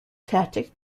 tactic